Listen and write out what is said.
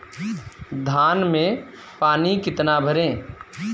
धान में पानी कितना भरें?